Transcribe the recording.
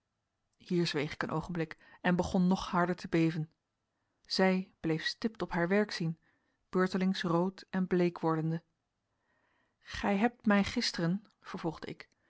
hier zweeg ik een oogenblik en begon nog harder te beven zij bleef stip op haar werk zien beurtelings rood en bleek wordende gij hebt mij gisteren vervolgde ik